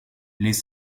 les